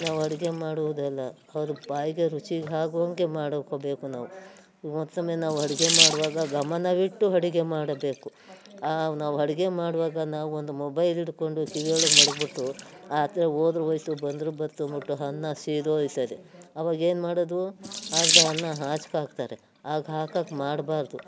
ನಾವು ಅಡುಗೆ ಮಾಡುವುದಲ್ಲ ಅವ್ರು ಬಾಯಿಗೆ ರುಚಿ ಆಗುವಂಗೆ ಮಾಡ್ಕೋಬೇಕು ನಾವು ಮತ್ತೊಮ್ಮೆ ನಾವು ಅಡುಗೆ ಮಾಡುವಾಗ ಗಮನವಿಟ್ಟು ಅಡುಗೆ ಮಾಡಬೇಕು ಆ ನಾವು ಅಡುಗೆ ಮಾಡುವಾಗ ನಾವೊಂದು ಮೊಬೈಲ್ ಹಿಡ್ಕೊಂಡು ಕಿವಿಯೊಳಗೆ ಮಡಗಿಬಿಟ್ಟು ಆಚೆಗೋದ್ರುದ್ರೂ ಹೋಯ್ತು ಬಂದರೆ ಬಂತು ಅಂದ್ಬಿಟ್ಟು ಅನ್ನ ಸೀದೋಯ್ತದೆ ಆವಾಗೇನು ಮಾಡೋದು ಅರ್ಧ ಅನ್ನ ಆಚೆಗಾಕ್ತಾರೆ ಆಗ ಹಾಕೋಕೆ ಮಾಡಬಾರ್ದು